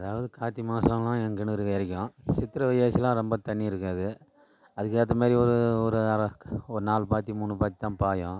அதாவது கார்த்திகை மாதம்லாம் எங்கிணறு இறைக்கும் சித்திரை வைகாசி எல்லாம் தண்ணி இருக்காது அதுக்கேத்தமாதிரி ஒரு ஒரு நாலு பாத்தி மூணு பாத்தி தான் பாயும்